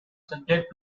subject